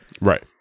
right